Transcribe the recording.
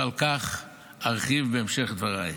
ועל כך ארחיב בהמשך דבריי.